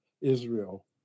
Israel